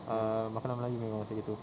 err makanan melayu memang macam gitu